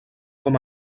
com